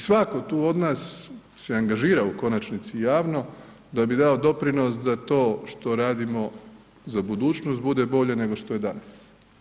I svatko tu od nas se angažira u konačnici javno da bi dao doprinos da to što radimo za budućnost bude bolje nego što je danas.